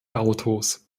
autos